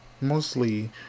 mostly